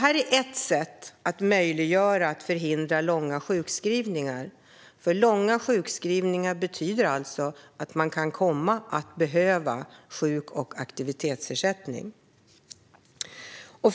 Detta är ett sätt att göra det möjligt att förhindra långa sjukskrivningar, för sådana sjukskrivningar betyder att sjukersättning eller aktivitetsersättning kan komma att behövas.